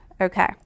Okay